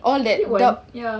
is it one ya